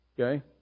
Okay